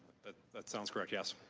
that that sounds correct, yes.